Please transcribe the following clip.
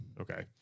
Okay